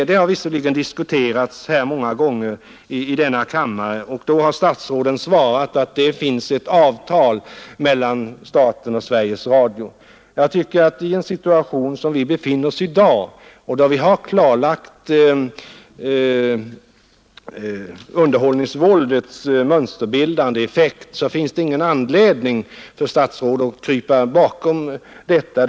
Den har visserligen debatterats många gånger i denna kammare, och då har statsråden svarat att det finns ett avtal mellan staten och Sveriges Radio. Jag tycker att det i den situation som vi befinner oss i i dag, där vi har klarlagt underhållningsvåldets mönsterbildande effekt, inte finns någon anledning för statsrådet att krypa bakom detta förhållande.